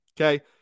Okay